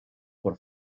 por